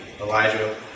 Elijah